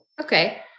Okay